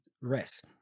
rest